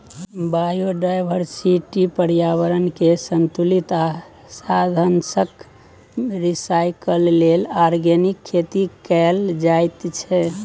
biodiversity, प्रर्याबरणकेँ संतुलित आ साधंशक रिसाइकल लेल आर्गेनिक खेती कएल जाइत छै